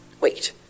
wait